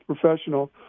professional